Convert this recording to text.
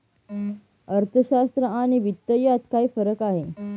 अर्थशास्त्र आणि वित्त यात काय फरक आहे